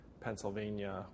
Pennsylvania